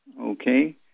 Okay